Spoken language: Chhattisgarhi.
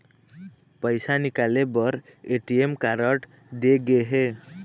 पइसा निकाले बर ए.टी.एम कारड दे गे हे